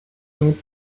not